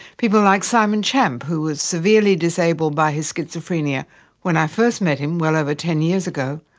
people like simon champ who was severely disabled by his schizophrenia when i first met him well over ten years ago,